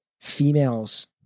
females